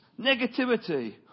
negativity